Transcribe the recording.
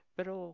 Pero